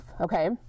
okay